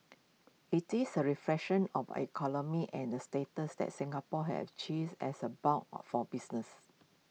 IT is A reflection of our economy and the status that Singapore have achieved as A hub or for business